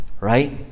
Right